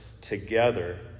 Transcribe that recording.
together